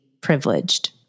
privileged